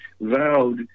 vowed